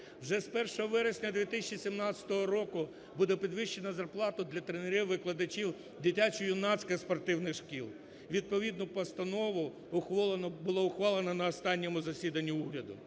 Вже з 1 вересня 2017 року буде підвищена зарплата для тренерів-викладачів дитячо-юнацьких спортивних шкіл. Відповідну постанову було ухвалено на останньому засіданні уряду.